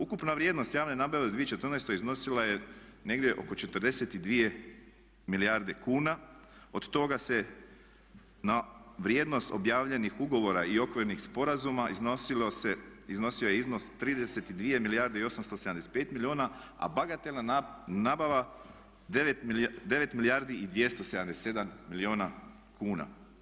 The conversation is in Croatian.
Ukupna vrijednost javne nabave u 2014. iznosila je negdje oko 42 milijarde kuna, od toga se na vrijednost objavljenih ugovora i okvirnih sporazuma iznosio je iznos 32 milijarde i 875 milijuna, a bagatelna nabava 9 milijardi i 277 milijuna kuna.